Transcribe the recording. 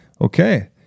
Okay